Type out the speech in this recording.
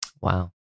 Wow